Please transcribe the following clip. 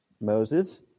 Moses